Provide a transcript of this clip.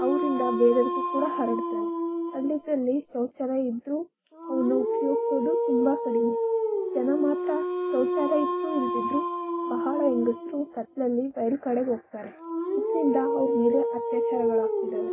ಅವರಿಂದ ಬೇರೆವ್ರ್ಗೂ ಕೂಡ ಹರಡ್ತಾವೆ ಹಳ್ಳಿಗಳಲ್ಲಿ ಶೌಚಾಲಯ ಇದ್ದರೂ ಅವನ್ನ ಉಪಯೋಗಿಸೋದು ತುಂಬ ಕಡಿಮೆ ಜನ ಮಾತ್ರ ಶೌಚಾಲಯ ಇದ್ದರೂ ಇಲ್ಲದಿದ್ರೂ ಬಹಳ ಹೆಂಗಸರು ಕತ್ತಲಲ್ಲಿ ಬಯಲು ಕಡೆ ಹೋಗ್ತಾರೆ ಇದರಿಂದ ಅವರ ಮೇಲೆ ಅತ್ಯಾಚಾರಗಳು ಆಗ್ತಿದ್ದಾವೆ